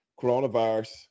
coronavirus